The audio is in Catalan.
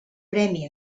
premi